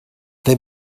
they